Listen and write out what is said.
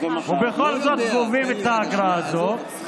ובכל זאת גובים את האגרה הזו,